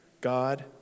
God